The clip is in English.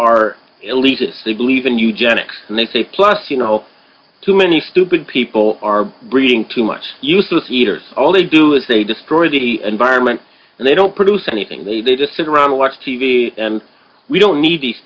are elitists who believe in eugenics and they think plus you know too many stupid people are breeding too much useless eaters all they do is they destroy the environment and they don't produce anything they just sit around and watch t v and we don't need these